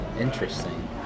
Interesting